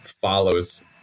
follows